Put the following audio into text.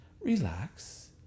relax